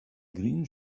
green